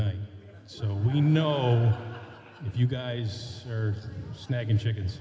night so we know if you guys are snagging chickens